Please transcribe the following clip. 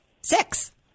six